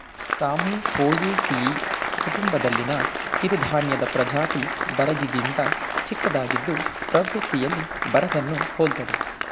ಸಾಮೆ ಪೋಯೇಸಿಯಿ ಕುಟುಂಬದಲ್ಲಿನ ಕಿರುಧಾನ್ಯದ ಪ್ರಜಾತಿ ಬರಗಿಗಿಂತ ಚಿಕ್ಕದಾಗಿದ್ದು ಪ್ರವೃತ್ತಿಯಲ್ಲಿ ಬರಗನ್ನು ಹೋಲ್ತದೆ